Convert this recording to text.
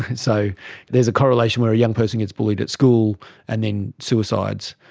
and so there's a correlation where a young person gets bullied at school and then suicides.